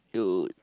!eww!